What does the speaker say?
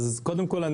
קודם כל,